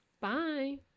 Bye